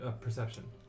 Perception